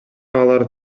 алар